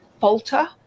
falter